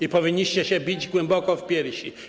i powinniście się bić głęboko w piersi.